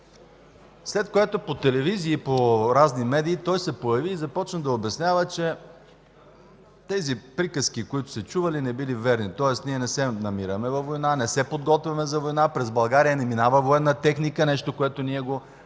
се появи по телевизии, разни медии и започна да обяснява, че приказките, които се чували, не били верни. Тоест ние не се намираме във война, не се подготвяме за война, през България не минава военна техника – нещо, което ние